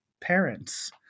parents